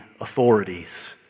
authorities